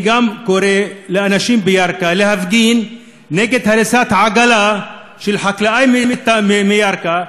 ואני גם קורא לאנשים בירכא להפגין נגד הריסת העגלה של חקלאי מירכא,